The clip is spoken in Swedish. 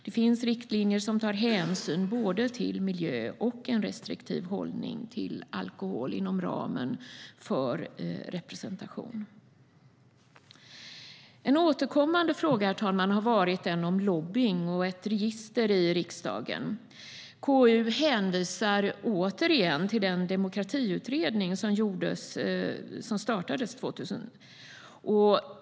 Det finns riktlinjer som tar hänsyn till miljö och en restriktiv hållning till alkohol inom ramen för representation. En återkommande fråga, herr talman, har gällt lobbying och ett register i riksdagen. KU hänvisar återigen till den demokratiutredning som startades 2000.